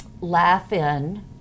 Laugh-In